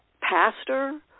pastor